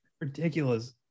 Ridiculous